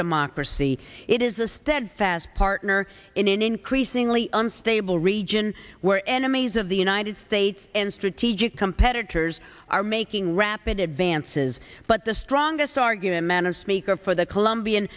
democracy it is a steadfast partner in an increasingly unstable region where enemies of the united states and strategic competitors are making rapid advances but the strongest argument of speaker for the colombian